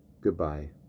Goodbye